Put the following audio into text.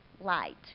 light